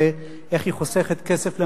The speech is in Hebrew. ואיך היא חוסכת כסף למדינה.